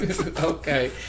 Okay